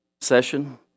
session